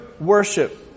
worship